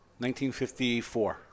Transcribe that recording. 1954